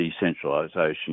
decentralisation